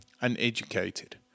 uneducated